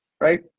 Right